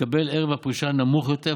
המתקבל ערב הפרישה נמוך יותר,